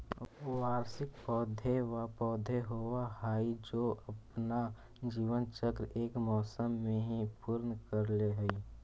वार्षिक पौधे व पौधे होवअ हाई जो अपना जीवन चक्र एक मौसम में ही पूर्ण कर ले हई